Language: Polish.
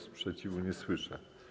Sprzeciwu nie słyszę.